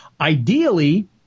ideally